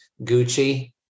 Gucci